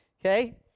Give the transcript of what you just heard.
okay